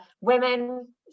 women